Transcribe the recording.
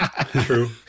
true